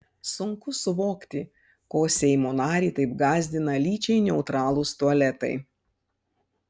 sunku suvokti ko seimo narį taip gąsdina lyčiai neutralūs tualetai